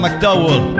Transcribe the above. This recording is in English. McDowell